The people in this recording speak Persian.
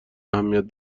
اهمیت